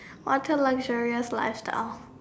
water luxurious lifestyle